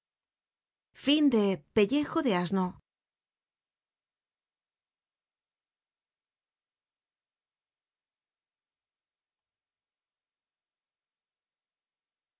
pellejo de asno